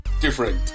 different